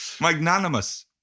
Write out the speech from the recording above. Magnanimous